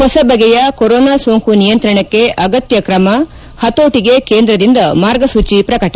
ಹೊಸ ಬಗೆಯ ಕೊರೋನಾ ಸೋಂಕು ನಿಯಂತ್ರಣಕ್ಕೆ ಅಗತ್ತ ಕ್ರಮ ಪತೋಟಗೆ ಕೇಂದ್ರದಿಂದ ಮಾರ್ಗಸೂಚಿ ಪ್ರಕಟ